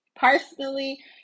Personally